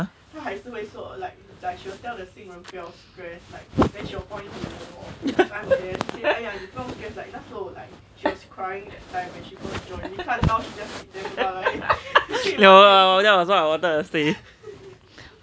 ya ya ya 我知道我知道 I know what you are trying to say